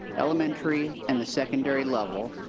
elementary and the secondary level,